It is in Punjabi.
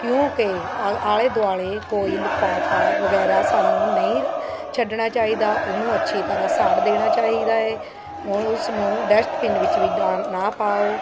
ਕਿਉਂਕਿ ਆਲ਼ੇ ਦੁਆਲੇ ਕੋਈ ਲਿਫ਼ਾਫ਼ਾ ਵਗੈਰਾ ਸਾਨੂੰ ਨਹੀਂ ਰ ਛੱਡਣਾ ਚਾਹੀਦਾ ਉਹਨੂੰ ਅੱਛੀ ਤਰ੍ਹਾਂ ਸਾੜ ਦੇਣਾ ਚਾਹੀਦਾ ਹੈ ਉਹ ਉਸਨੂੰ ਡਸਟਬਿਨ ਵਿੱਚ ਵੀ ਡ ਨਾ ਪਾਓ